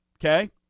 okay